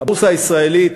הבורסה הישראלית,